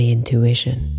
Intuition